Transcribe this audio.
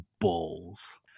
balls